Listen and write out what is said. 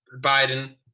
Biden